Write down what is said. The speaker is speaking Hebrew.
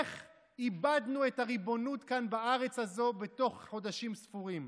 איך איבדנו את הריבונות כאן בארץ הזו בתוך חודשים ספורים?